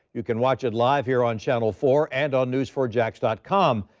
you can watch it live here on channel four and on newsfourjax dot com.